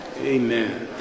Amen